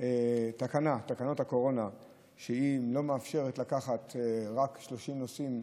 תקנה בתקנות הקורונה שלא מאפשרת לקחת אלא רק 30 נוסעים.